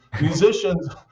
musicians